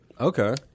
Okay